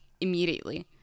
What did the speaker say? immediately